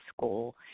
school